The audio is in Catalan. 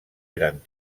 eren